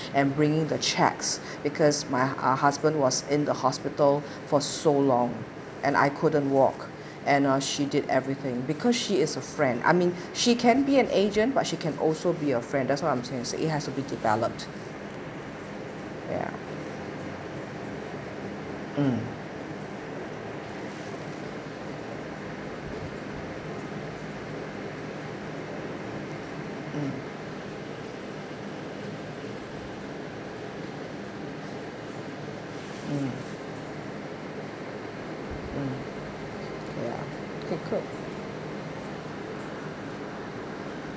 and bringing the cheques because my husband was in the hospital for so long and I couldn't walk and she did everything because she is a friend I mean she can be an agent but she can also be a friend that's what I'm saying it has to be developed ya um ya